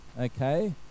okay